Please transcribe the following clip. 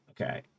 Okay